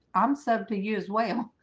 i'm said to use whale